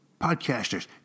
Podcasters